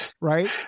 right